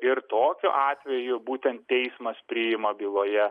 ir tokiu atveju būtent teismas priima byloje